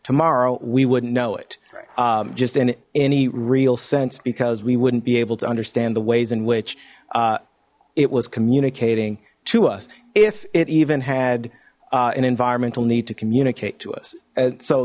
tomorrow we wouldn't know it just in any real sense because we wouldn't be able to understand the ways in which it was communicating to us if it even had an environmental need to communicate to us and so